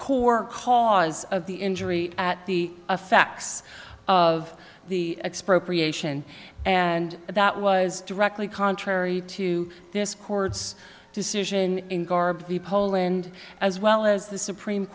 core cause of the injury at the effects of the expropriation and that was directly contrary to this court's decision in garb the poland as well as the supreme